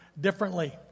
differently